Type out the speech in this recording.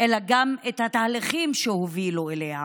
אלא גם את התהליכים שהובילו אליה,